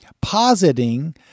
positing